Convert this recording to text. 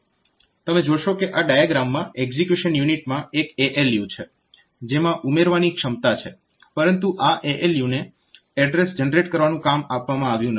તમે જોશો કે આ ડાયાગ્રામમાં એક્ઝીક્યુશન યુનિટમાં એક ALU છે જેમાં ઉમેરવાની ક્ષમતા છે પરંતુ આ ALU ને એડ્રેસ જનરેટ કરવાનું કામ આપવામાં આવ્યું નથી